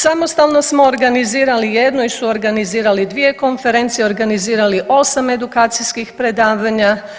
Samostalno smo organizirali jednu i suorganizirali dvije konferencije, organizirali 8 edukacijskih predavanja.